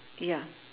ya